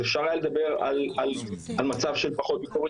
אפשר היה לדבר על מצב של פחות ביקורת